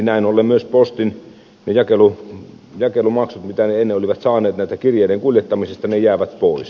näin ollen myös postin jakelumaksut mitä se ennen oli saanut näitten kirjeiden kuljettamisesta jäävät pois